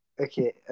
Okay